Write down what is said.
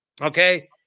okay